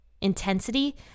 intensity